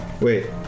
Wait